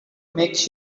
makes